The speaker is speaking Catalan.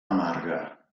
amarga